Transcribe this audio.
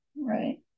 Right